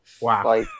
Wow